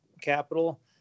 capital